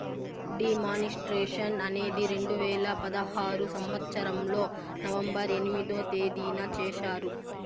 D మానిస్ట్రేషన్ అనేది రెండు వేల పదహారు సంవచ్చరంలో నవంబర్ ఎనిమిదో తేదీన చేశారు